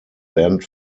banned